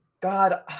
god